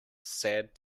sad